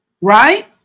Right